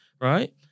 right